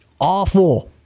awful